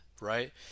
right